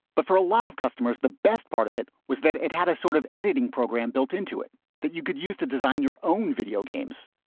but for a lot of customers, the best part of it was that it had a sort of editing program built into it that you could use to design your own video games.